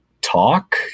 talk